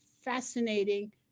fascinating